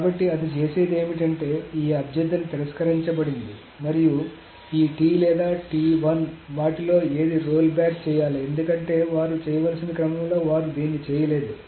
కాబట్టి అది చేసేది ఏమిటంటే ఈ అభ్యర్థన తిరస్కరించబడింది మరియు ఈ T లేదా వాటిలో ఏది రోల్ బ్యాక్ చేయాలి ఎందుకంటే వారు చేయాల్సిన క్రమంలో వారు దీన్ని చేయలేదు